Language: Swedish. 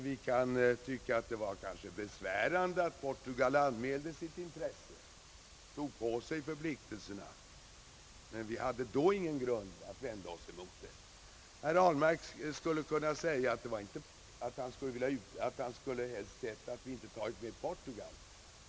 Vi kan tycka att det kanske var besvärande att Portugal anmälde sitt intresse och tog på sig förpliktelserna, men vi hade då ingen grund att vända oss emot Portugals handlingssätt. Herr Ahlmark skulle kunna säga att han helst skulle ha sett att vi inte tagit med Portugal.